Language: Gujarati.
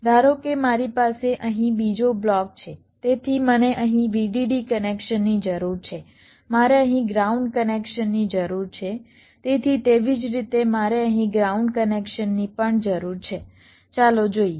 ધારો કે મારી પાસે અહીં બીજો બ્લોક છે તેથી મને અહીં VDD કનેક્શનની જરૂર છે મારે અહીં ગ્રાઉન્ડ કનેક્શનની જરૂર છે તેથી તેવી જ રીતે મારે અહીં ગ્રાઉન્ડ કનેક્શનની પણ જરૂર છે ચાલો જોઈએ